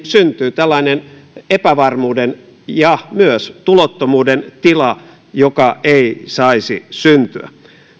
syntyy tällainen epävarmuuden ja myös tulottomuuden tila joka ei saisi syntyä